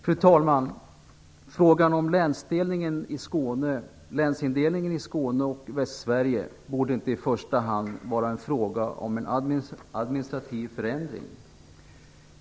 Fru talman! Frågan om länsindelning i Skåne och Västsverige borde inte i första hand vara en fråga om en administrativ förändring.